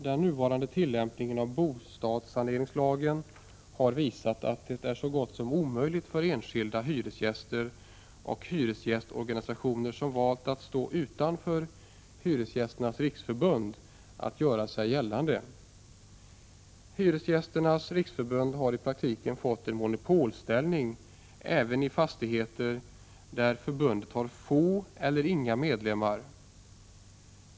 Den nuvarande tillämpningen av bostadssaneringslagen har visat att det är så gott som omöjligt för enskilda hyresgäster eller hyresgästorganisationer som valt att stå utanför Hyresgästernas riksförbund att göra sig gällande. Hyresgästernas riksförbund har i praktiken fått en monopolställning även i fastigheter där förbundet har få eller inga medlemmar.